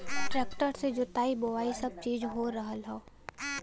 tractor से जोताई बोवाई सब चीज हो रहल हौ